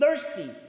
thirsty